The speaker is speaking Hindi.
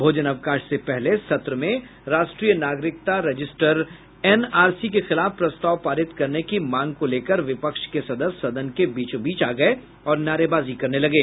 भोजनावकाश से पहले सत्र में राष्ट्रीय नागरिकता रजिस्टर एन आर सी के खिलाफ प्रस्ताव पारित करने की मांग को लेकर विपक्ष के सदस्य सदन के बीचो बीच आ गये और नारेबाजी करने लगे